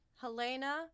Helena